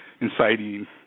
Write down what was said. inciting